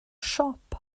siop